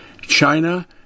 china